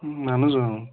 اَہَن حظ اۭں